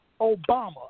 Obama